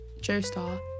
Joestar